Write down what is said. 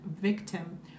victim